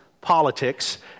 politics